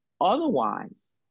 Otherwise